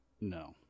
No